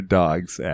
dog's